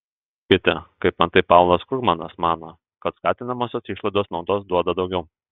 kiti kaip antai paulas krugmanas mano kad skatinamosios išlaidos naudos duoda daugiau